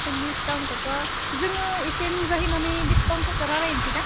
जों डिसकाउन्टखौथ' जोङो एसे नुजाहैनानै डिसकाउन्टफोरखौ रायज्लायनोसै दा